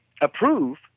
approve